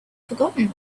forgotten